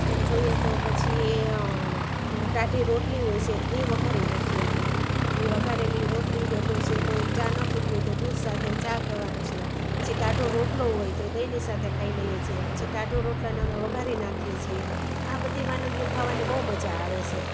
એમ જોઈએ તો પછી ટાઢી રોટલી હોય છે એ વઘારી નાખીએ અમે એ વઘારેલી રોટલી ભેગો છે કોઈ ચા ન પીતું હોય તો દૂધ સાથે ને ચા પીવાનું છે પછી ટાઢો રોટલો હોય તો એ દહીંની સાથે ખાઈ લઈએ છીએ પછી ટાઢો રોટલાને અમે વઘારી નાખીએ છીએ આ બધી વાનગીઓ ખાવાની બહુ મજા આવે છે